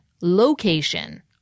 location